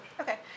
Okay